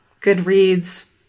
Goodreads